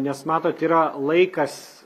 nes matot yra laikas